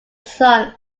son